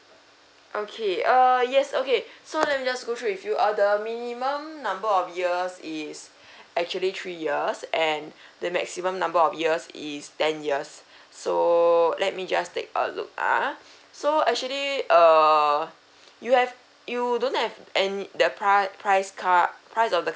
okay uh yes okay so let me just go through with you uh the minimum number of years is actually three years and the maximum number of years is ten years so let me just take a look ah so actually err you have you don't have any the price price car price of the